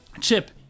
Chip